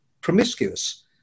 promiscuous